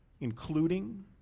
including